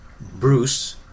Bruce